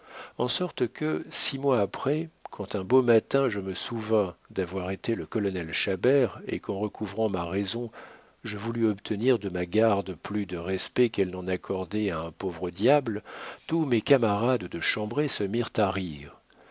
en sorte que six mois après quand un beau matin je me souvins d'avoir été le colonel chabert et qu'en recouvrant ma raison je voulus obtenir de ma garde plus de respect qu'elle n'en accordait à un pauvre diable tous mes camarades de chambrée se mirent à rire